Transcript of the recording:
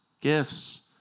gifts